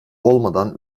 olmadan